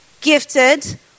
gifted